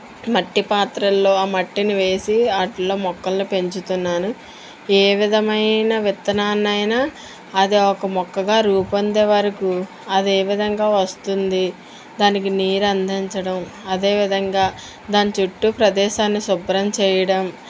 మట్టి పాత్రలలో ఆ మట్టిని వేసి వాటిలో మొక్కలని పెంచుతున్నాను ఏ విధమైన విత్తనాన్ని అయిన అది ఒక మొక్కగా రూపొందే వరకు అదేవిధంగా వస్తుంది దానికి నీరు అందించడం అదేవిధంగా దాని చుట్టు ప్రదేశాన్ని శుభ్రం చేయడం